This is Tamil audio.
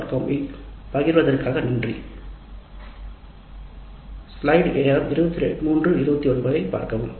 com இல் பகிரவும்